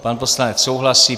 Pan poslanec souhlasí.